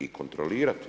I kontrolirati.